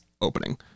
opening